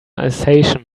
alsatian